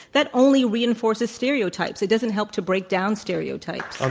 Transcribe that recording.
that only reinforces stereotypes. it doesn't help to break down stereotypes.